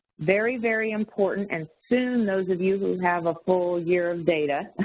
very, very important and soon, those of you who have a full year of data,